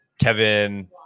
Kevin